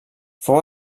fou